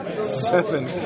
seven